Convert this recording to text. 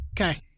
Okay